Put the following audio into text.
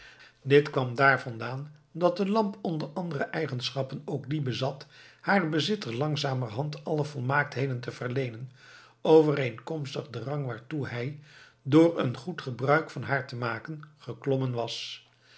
dit kwam daar vandaan dat de lamp onder andere eigenschappen ook die bezat haren bezitter langzamerhand alle volmaaktheden te verleenen overeenkomstig den rang waartoe hij door een goed gebruik van haar te maken geklommen was